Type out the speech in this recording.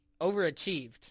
overachieved